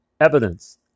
evidence